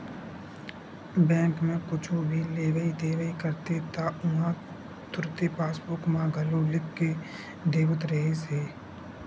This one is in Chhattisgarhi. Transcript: बेंक म कुछु भी लेवइ देवइ करते त उहां तुरते पासबूक म घलो लिख के देवत रिहिस हे